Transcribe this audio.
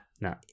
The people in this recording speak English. no